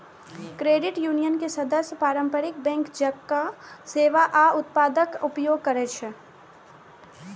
credit union के सदस्य पारंपरिक बैंक जकां सेवा आ उत्पादक उपयोग करै छै